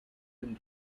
him